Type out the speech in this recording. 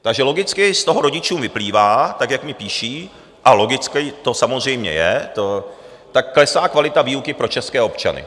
Takže logicky z toho rodičům vyplývá, tak jak mi píší, a logické to samozřejmě je, klesá kvalita výuky pro české občany.